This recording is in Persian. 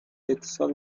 اتصال